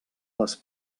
les